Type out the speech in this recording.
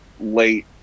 late